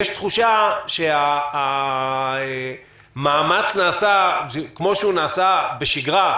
יש תחושה שהמאמץ נעשה כמו שהוא נעשה בשגרה,